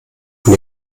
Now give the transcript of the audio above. von